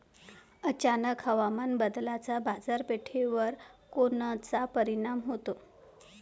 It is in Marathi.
अचानक हवामान बदलाचा बाजारपेठेवर कोनचा परिणाम होतो?